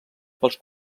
pels